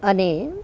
અને